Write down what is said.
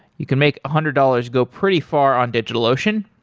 you can make a hundred dollars go pretty far on digitalocean.